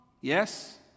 Yes